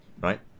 right